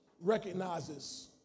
recognizes